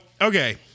okay